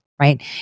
right